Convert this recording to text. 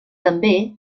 també